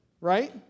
right